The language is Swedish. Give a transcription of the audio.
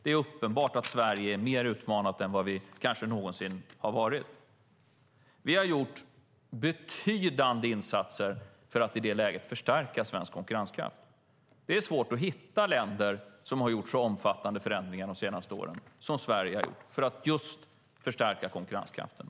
Det är uppenbart att Sverige är mer utmanat än vi kanske någonsin har varit. Vi har gjort betydande insatser för att i detta läge förstärka svensk konkurrenskraft. Det är svårt att hitta länder som har gjort så omfattande förändringar de senaste åren som Sverige för att just förstärka konkurrenskraften.